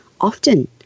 often